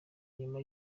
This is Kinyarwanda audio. nyuma